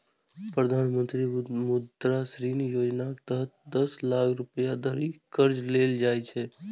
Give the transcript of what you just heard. प्रधानमंत्री मुद्रा ऋण योजनाक तहत दस लाख रुपैया धरि कर्ज देल जाइ छै